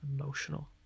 emotional